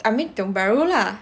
I mean tiong bahru lah